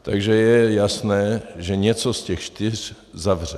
Takže je jasné, že něco z těch čtyř zavře.